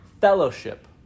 fellowship